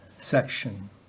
Section